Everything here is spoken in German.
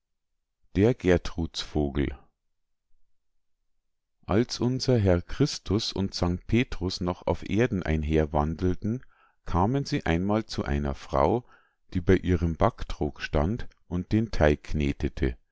der gertrudsvogel als unser herr christus und st petrus noch auf erden einherwandelten kamen sie einmal zu einer frau die bei ihrem backtrog stand und den teig